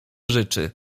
życzy